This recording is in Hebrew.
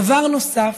דבר נוסף